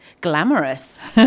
glamorous